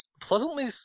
pleasantly